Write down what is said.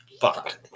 fucked